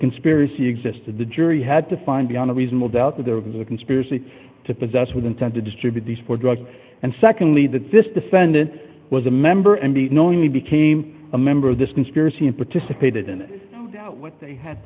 conspiracy exists in the jury had to find beyond a reasonable doubt that there was a conspiracy to possess with intent to distribute these four drugs and secondly that this defendant was a member and he knowingly became a member of this conspiracy and participated in what they had